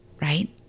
Right